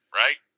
right